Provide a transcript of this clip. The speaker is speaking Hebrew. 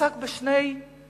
עסק בשני הצדדים